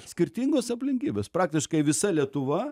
skirtingos aplinkybės praktiškai visa lietuva